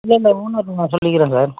இல்லை இல்லை ஓனர்கிட்ட நான் சொல்லிக்கிறேன் சார்